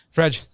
Fred